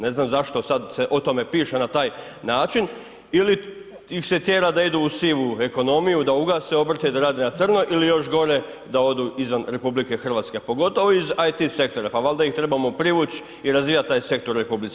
Ne znam zašto sad se o tome piše na taj način ili ih se tjera da idu u sivu ekonomiju, da ugase obrte i da rade na crno ili još gore, da odu izvan RH a pogotovo iz IT sektora, pa valjda ih trebamo privući i razvijat taj sektor u RH, hvala.